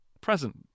present